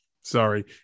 sorry